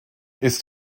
ist